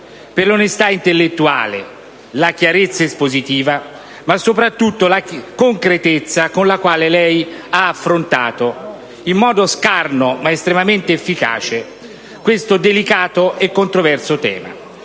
per l'onestà intellettuale, per la chiarezza espositiva, soprattutto per la concretezza con la quale lei ha affrontato in modo scarno, ma estremamente efficace, il delicato e controverso tema